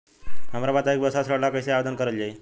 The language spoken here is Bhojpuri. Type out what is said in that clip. हमरा बताई कि व्यवसाय ऋण ला कइसे आवेदन करल जाई?